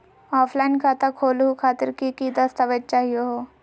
Offline खाता खोलहु खातिर की की दस्तावेज चाहीयो हो?